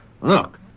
Look